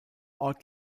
ort